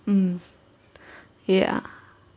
mm ya